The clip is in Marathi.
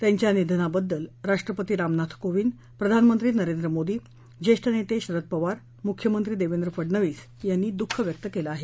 त्याच्या निधनाबद्दल राष्ट्रपती रामनाथ कोविंद प्रधानमंत्री नरेंद्र मोदी ज्येष्ठ नेते शरद पवार मुख्यमंत्री देवेंद्र फडनवीस यांनी दुःख व्यक्त केलं आहे